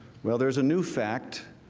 well, there is a new fact